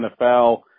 NFL